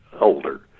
older